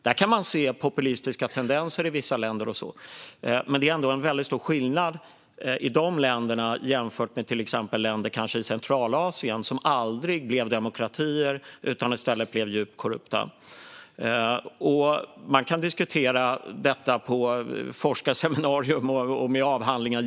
Man kan se populistiska tendenser i vissa länder, men det är ändå en väldigt stor skillnad mellan dessa länder och exempelvis länder i Centralasien. De blev aldrig demokratier, utan i stället blev de korrupta. Man kan i all evinnerlighet diskutera vad detta beror på vid forskarseminarier och i avhandlingar.